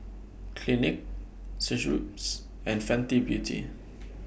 Clinique Schweppes and Fenty Beauty